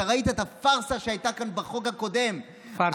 אתה ראית את הפארסה שהייתה כאן בחוק הקודם, פארסה.